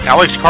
Alex